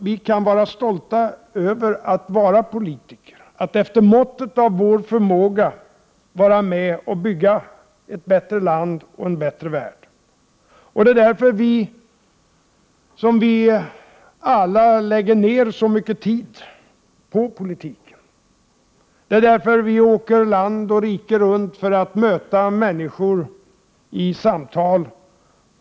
Vi kan vara stolta över att vara politiker, att efter måttet av vår förmåga vara med och bygga ett bättre land och en bättre värld. Det är därför som vi alla lägger ned så mycket tid på politiken. Det är därför som vi åker land och rike runt för att möta människor i samtal.